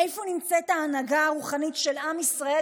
איפה נמצאת ההנהגה הרוחנית של עם ישראל,